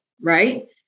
Right